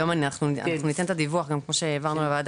היום אנחנו ניתן את הדיווח גם כמו שהעברנו לוועדה,